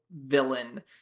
villain